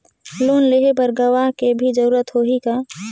Loan लेहे बर गवाह के भी जरूरत होही का?